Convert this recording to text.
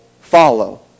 follow